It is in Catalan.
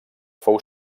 fou